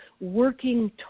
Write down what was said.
working